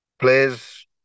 Players